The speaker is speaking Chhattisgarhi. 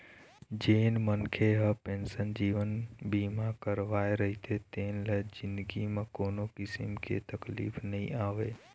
जेन मनखे ह पेंसन जीवन बीमा करवाए रहिथे तेन ल जिनगी म कोनो किसम के तकलीफ नइ आवय